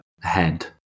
head